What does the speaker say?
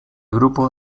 grupo